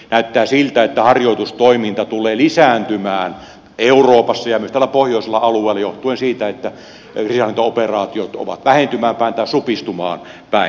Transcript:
näyttää siltä että harjoitustoiminta tulee lisääntymään euroopassa ja myös tällä pohjoisella alueella johtuen siitä että kriisinhallintaoperaatiot ovat vähentymään tai supistumaan päin